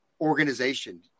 organization